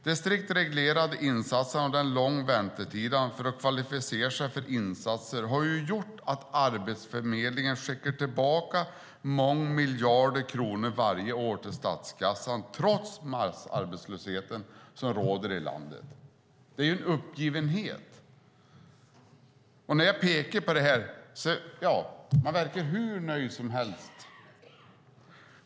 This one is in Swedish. De strikt reglerade insatserna och de långa väntetiderna för att kvalificera sig för insatser har gjort att Arbetsförmedlingen skickar tillbaka många miljarder kronor varje år till statskassan, trots den massarbetslöshet som råder i landet. Det är en uppgivenhet. När jag pekar på detta verkar ni ändå hur nöjda som helst.